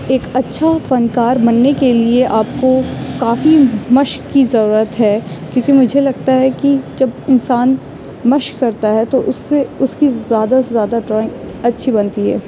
ایک اچھا فن کار بننے کے لیے آپ کو کافی مشق کی ضرورت ہے کیوںکہ مجھے لگتا ہے کہ جب انسان مشق کرتا ہے تو اس سے اس کی زیادہ سے زیادہ ڈرائنگ اچھی بنتی ہے